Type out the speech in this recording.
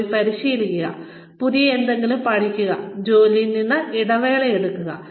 പോയി പരിശീലിപ്പിക്കുക പുതിയ എന്തെങ്കിലും പഠിക്കുക ജോലിയിൽ നിന്ന് ഇടവേള എടുക്കുക